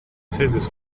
celsius